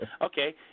Okay